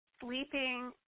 sleeping